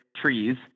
trees